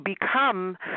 become